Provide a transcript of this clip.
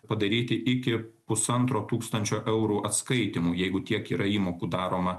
padaryti iki pusantro tūkstančio eurų atskaitymų jeigu tiek yra įmokų daroma